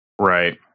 Right